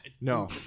No